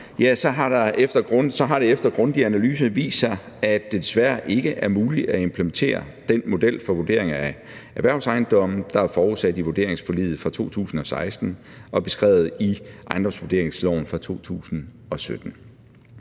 har det efter en grundig analyse vist sig, at det desværre ikke er muligt at implementere den model for vurdering af erhvervsejendomme, der er forudsat i vurderingsforliget fra 2016 og beskrevet i ejendomsvurderingsloven fra 2017.